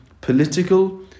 political